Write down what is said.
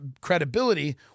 credibility